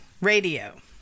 Radio